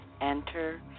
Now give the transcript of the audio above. enter